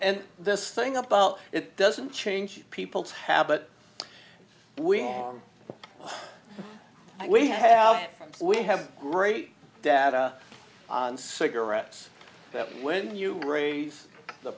and this thing about it doesn't change people's habit we are we have employer we have great data on cigarettes that when you raise the